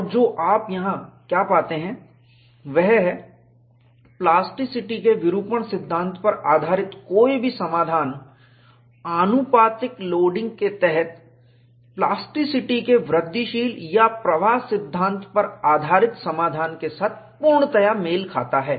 और जो आप यहां क्या पाते हैं वह यह है कि प्लास्टिसिटी के विरूपण सिद्धांत पर आधारित कोई भी समाधान आनुपातिक लोडिंग के तहत प्लास्टिसिटी के वृद्धिशील या प्रवाह सिद्धांत पर आधारित समाधान के साथ पूर्णतया मेल खाता है